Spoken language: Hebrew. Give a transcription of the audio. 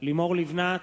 לימור לבנת,